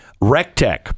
RecTech